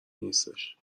نیستش